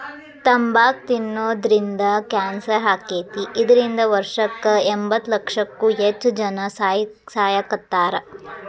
ತಂಬಾಕ್ ತಿನ್ನೋದ್ರಿಂದ ಕ್ಯಾನ್ಸರ್ ಆಕ್ಕೇತಿ, ಇದ್ರಿಂದ ವರ್ಷಕ್ಕ ಎಂಬತ್ತಲಕ್ಷಕ್ಕೂ ಹೆಚ್ಚ್ ಜನಾ ಸಾಯಾಕತ್ತಾರ